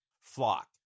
flock